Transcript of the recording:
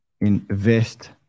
invest